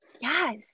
Yes